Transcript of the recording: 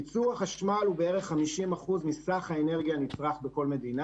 ייצור החשמל הוא בערך 50% מסך האנרגיה הנצרכת בכל מדינה.